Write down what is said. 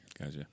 Gotcha